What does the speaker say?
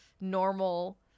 normal